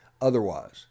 otherwise